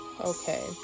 Okay